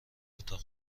اتاق